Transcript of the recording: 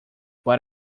but